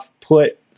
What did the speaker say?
put